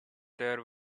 there